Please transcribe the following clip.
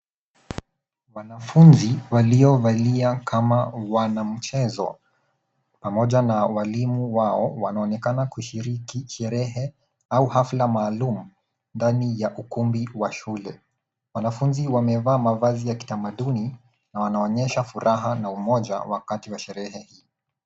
Wanafunzi waliovalia kama wanamchezo pamoja na walimu wao wanaonekana kushiriki sherehe au hafla maalum ndani ya ukumbi wa shule. Wanafunzi wamevaa mavazi ya kitamaduni na wanaonyesha furaha na umoja wakati wa sherehe.